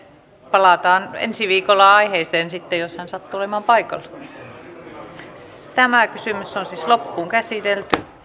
palataan ensi viikolla aiheeseen sitten jos hän sattuu olemaan paikalla tämä kysymys on siis loppuun käsitelty